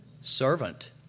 servant